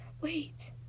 Wait